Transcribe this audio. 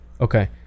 Okay